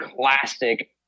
classic